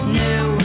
new